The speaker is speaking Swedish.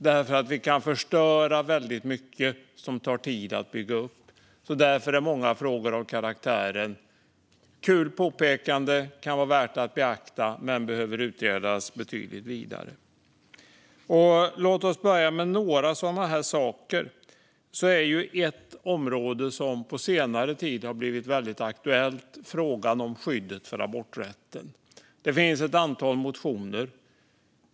Vi kan nämligen förstöra väldigt mycket som tar tid att bygga upp. Därför är många frågor av karaktären "kul påpekande, kan vara värt att beakta men behöver utredas betydligt vidare". Låt oss börja med några sådana saker. Ett område som på senare tid har blivit väldigt aktuellt är frågan om skydd för aborträtten. Det finns ett antal motioner om det.